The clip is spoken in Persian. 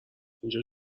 اینجا